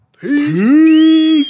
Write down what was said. Peace